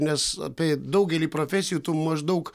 nes apie daugelį profesijų maždaug